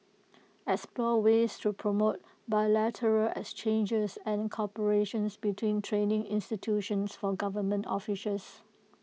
explore ways to promote bilateral exchanges and cooperations between training institutions for government officials